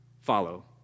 follow